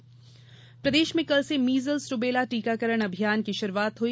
measles rubella टीकाकरण प्रदेश में कल से मीजल्स रूबेला टीकाकरण अभियान की शुरुआत हुई